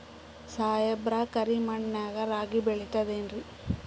ಸಾಹೇಬ್ರ, ಕರಿ ಮಣ್ ನಾಗ ರಾಗಿ ಬೆಳಿತದೇನ್ರಿ?